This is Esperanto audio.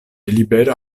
libera